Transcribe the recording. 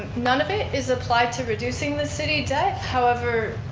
none of it is applied to reducing the city debt. however,